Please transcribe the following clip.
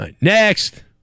next